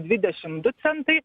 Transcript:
dvidešim du centai